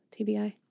TBI